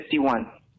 51